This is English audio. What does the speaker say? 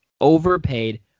overpaid